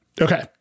Okay